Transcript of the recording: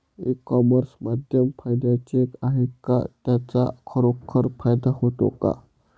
E commerce माध्यम फायद्याचे आहे का? त्याचा खरोखर फायदा होतो का?